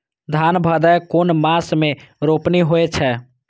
धान भदेय कुन मास में रोपनी होय छै?